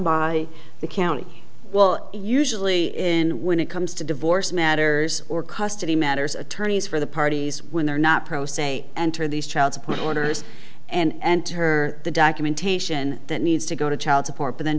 by the county well usually in when it comes to divorce matters or custody matters attorneys for the parties when they're not pro se enter these child support orders and her the documentation that needs to go to child support